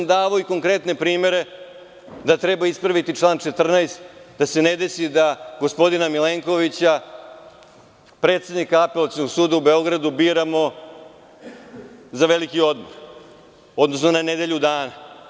Ovde sam davao i konkretne primere, da treba ispraviti član 14, da se ne desi da gospodina Milenkovića, predsednika Apelacionog suda u Beogradu, biramo za veliki odmor, odnosno na nedelju dana.